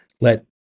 Let